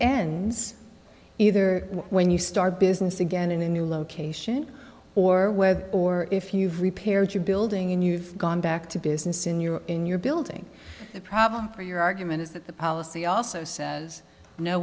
ends either when you start a business again in a new location or whether or if you've repaired your building and you've gone back to business in your in your building the problem for your argument is that the policy also says no